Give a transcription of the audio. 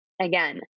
again